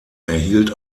erhielt